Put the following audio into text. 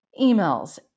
emails